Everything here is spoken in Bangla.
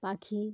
পাখি